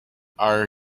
are